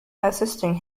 assisting